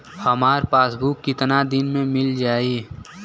हमार पासबुक कितना दिन में मील जाई?